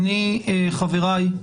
חבריי,